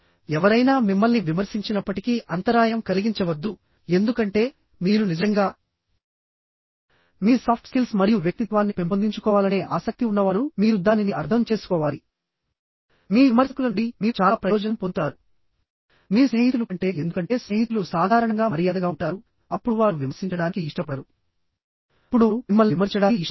ఎవరైనా మిమ్మల్ని విమర్శించినప్పటికీ అంతరాయం కలిగించవద్దు ఎందుకంటే మీరు నిజంగా మీ సాఫ్ట్ స్కిల్స్ మరియు వ్యక్తిత్వాన్ని పెంపొందించుకోవాలనే ఆసక్తి ఉన్నవారు మీరు దానిని అర్థం చేసుకోవాలి మీ విమర్శకుల నుండి మీరు చాలా ప్రయోజనం పొందుతారు మీ స్నేహితులు కంటే ఎందుకంటే స్నేహితులు సాధారణంగా మర్యాదగా ఉంటారు అప్పుడు వారు విమర్శించడానికి ఇష్టపడరు అప్పుడు వారు మిమ్మల్ని విమర్శించడానికి ఇష్టపడరు